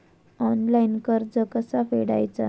Online कर्ज कसा फेडायचा?